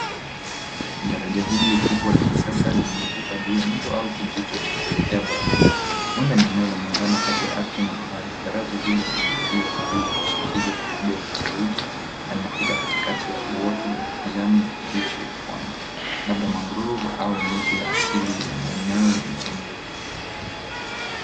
Daraja hili kubwa la kisasa linavuka juu ya mto au kijito cha kuelekea baharini, huenda ni eneo la muungano kati ya ardhi na bahari. Daraja hilo limeinuliwa juu ya vishikizo kikubwa vya saruji na linapita katikati ya uoto wa kijani kibichi ya pwani, labda mangrove au miti ya asili ya maeneo yenye unyevu.